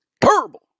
terrible